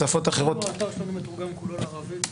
האתר שלנו מתורגם פחות לערבית.